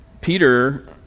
Peter